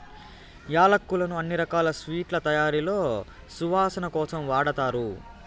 యాలక్కులను అన్ని రకాల స్వీట్ల తయారీలో సువాసన కోసం వాడతారు